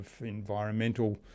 environmental